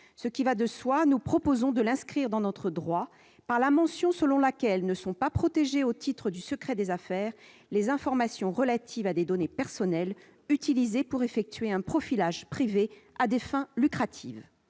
cela va de soi, nous proposons de l'inscrire dans notre droit par la mention selon laquelle ne sont pas protégées au titre du secret des affaires les informations relatives à des données personnelles utilisées pour effectuer un profilage privé à des fins lucratives.